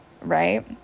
right